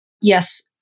Yes